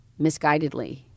misguidedly